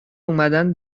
اومدن